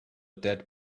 dead